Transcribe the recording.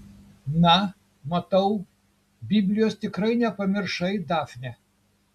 na matau biblijos tikrai nepamiršai dafne